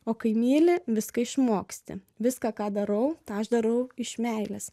o kai myli viską išmoksti viską ką darau tą aš darau iš meilės